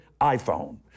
iPhone